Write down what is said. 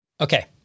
Okay